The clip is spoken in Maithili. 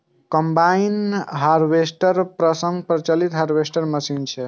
कंबाइन हार्वेस्टर सबसं प्रचलित हार्वेस्टर मशीन छियै